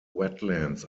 wetlands